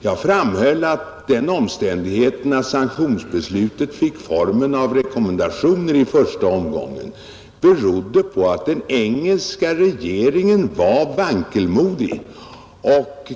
Jag framhöll att den omständigheten att sanktionsbeslutet fick formen av en rekommendation i första omgången berodde på att den engelska regeringen var vankelmodig.